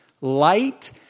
Light